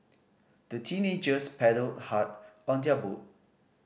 the teenagers paddled hard on their boat